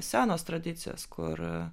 senos tradicijos kur